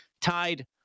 tied